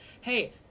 Hey